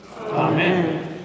Amen